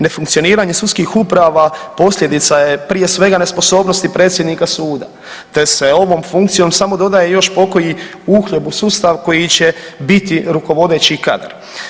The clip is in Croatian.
Nefunkcioniranje sudskih uprava, posljedica je prije svega nesposobnosti predsjednika suda te se ovom funkcijom samo dodaje još pokoji uhljeb u sustav koji će biti rukovodeći kadar.